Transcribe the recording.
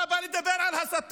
אתה בא לדבר על הסתה?